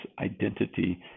identity